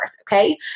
okay